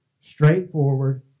straightforward